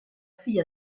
fille